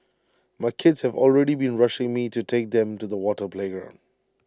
my kids have already been rushing me to take them to the water playground